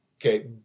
Okay